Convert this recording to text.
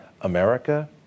America